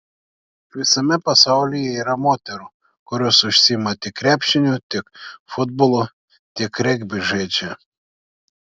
visame pasaulyje yra moterų kurios užsiima tiek krepšiniu tiek futbolu tiek regbį žaidžia